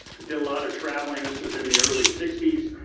did a lot of traveling, this was in the early sixty s.